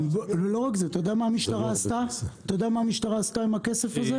לא רק זה, אתה יודע מה המשטרה עשתה עם הכסף הזה?